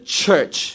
church